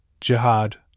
jihad